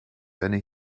eine